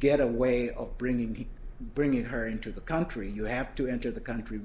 get a way of bringing bringing her into the country you have to enter the country